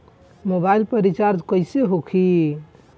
Mobile पर recharge कैसे होखी?